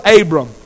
Abram